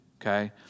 okay